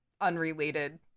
unrelated